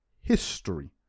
history